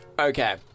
Okay